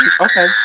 Okay